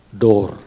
door